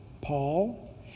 Paul